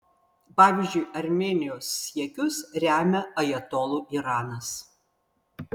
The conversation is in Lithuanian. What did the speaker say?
pavyzdžiui armėnijos siekius remia ajatolų iranas